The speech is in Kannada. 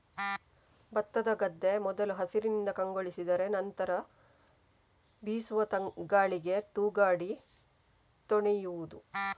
ಭತ್ತದ ಗದ್ದೆ ಮೊದಲು ಹಸಿರಿನಿಂದ ಕಂಗೊಳಿಸಿದರೆ ನಂತ್ರ ಬೀಸುವ ಗಾಳಿಗೆ ತೂಗಾಡಿ ತೊನೆಯುವುದು